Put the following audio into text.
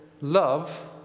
love